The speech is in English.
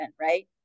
right